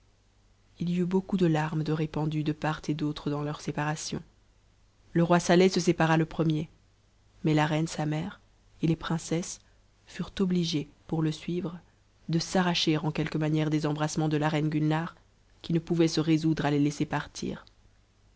il y eut beaucoup de larmes de répandues de part et d'autre dans leur séparation le roi saleh se sépara le premier mais la reine sa mère et les princesses furent obligées pour le suivre de s'arracher en quelque manière des embrassements de la reine gulnare qui ne pouvait se résoudre à les laisser partir